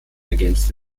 ergänzt